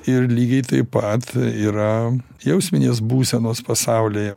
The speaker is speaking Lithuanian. ir lygiai taip pat yra jausminės būsenos pasaulyje